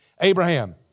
Abraham